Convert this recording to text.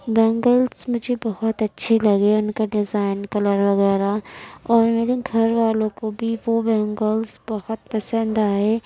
bangles مجھے بہت اچھے لگے اُن کا ڈیزائن کلر وغیرہ اور میرے گھر والوں کو بھی وہ بینگلس بہت پسند آئے